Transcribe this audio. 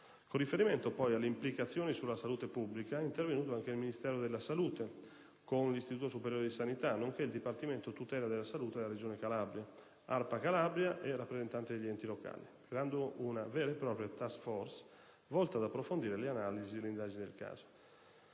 Con riferimento, poi, alle implicazioni sulla salute pubblica, sono intervenuti anche il Ministero della salute e l'Istituto superiore di sanità, nonché il Dipartimento tutela della salute della Regione Calabria, con ARPA Calabria e rappresentanti degli enti locali, creando una vera e propria *task force*, volta ad approfondire le analisi ed indagini del caso.